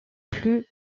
plus